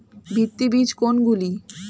ভিত্তি বীজ কোনগুলি?